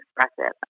expressive